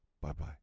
Bye-bye